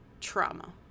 trauma